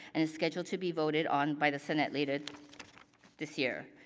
and is scheduled to be voted on by the senate later this year.